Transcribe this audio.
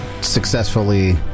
successfully